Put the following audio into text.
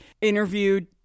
interviewed